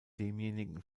demjenigen